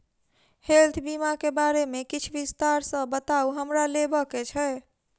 Health बीमा केँ बारे किछ विस्तार सऽ बताउ हमरा लेबऽ केँ छयः?